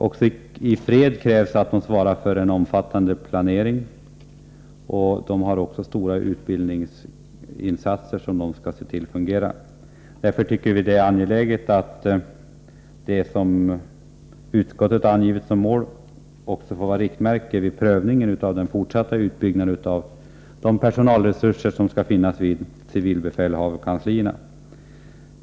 Också i fred krävs att civilbefälhavarna svarar för en omfattande planering. De har också att se till att utbildningen fungerar. Därför tycker vi att det är angeläget att det som utskottet angivit som mål också får vara ett riktmärke vid prövningen av den fortsatta utbyggnaden av personalresurserna vid civilbefälhavarkanslierna.